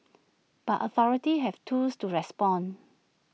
but authorities have tools to respond